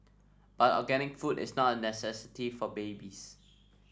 but organic food is not a necessity for babies